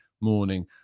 morning